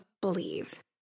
believe